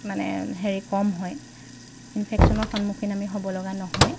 মানে হেৰি কম হয় ইনফেকশ্যনৰ সন্মুখীন আমি হ'ব লগা নহয়